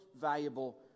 valuable